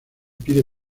pide